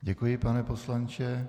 Děkuji, pane poslanče.